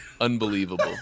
Unbelievable